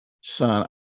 son